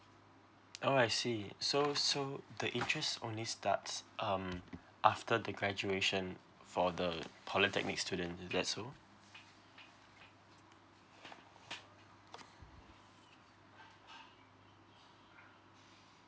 oh I see so so the interest only starts um after the graduation for the polytechnic student is that so